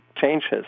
changes